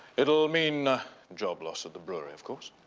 it'll mean job loss at the brewery of course.